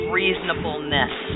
reasonableness